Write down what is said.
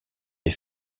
les